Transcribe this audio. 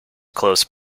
close